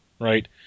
right